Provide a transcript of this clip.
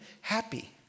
happy